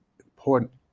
important